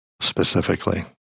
specifically